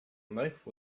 knife